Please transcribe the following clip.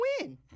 win